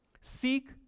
Seek